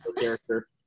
character